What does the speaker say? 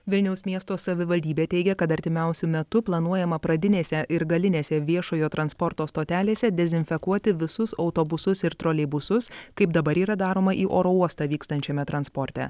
vilniaus miesto savivaldybė teigė kad artimiausiu metu planuojama pradinėse ir galinėse viešojo transporto stotelėse dezinfekuoti visus autobusus ir troleibusus kaip dabar yra daroma į oro uostą vykstančiame transporte